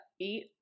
eat